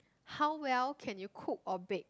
how well can you cook or bake